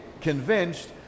convinced